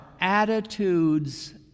attitudes